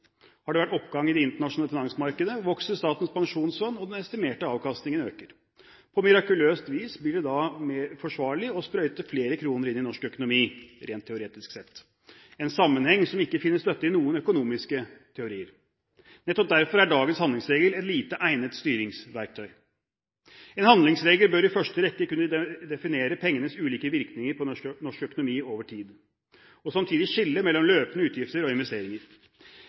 Har det vært oppgang i de internasjonale finansmarkedene, vokser Statens pensjonsfond, og den estimerte avkastningen øker. På mirakuløst vis blir det da mer forsvarlig å sprøyte flere kroner inn i norsk økonomi, rent teoretisk sett, en sammenheng som ikke finner støtte i noen økonomiske teorier. Nettopp derfor er dagens handlingsregel et lite egnet styringsverktøy. En handlingsregel bør i første rekke kunne definere pengenes ulike virkninger på norsk økonomi over tid og samtidig skille mellom løpende utgifter og investeringer.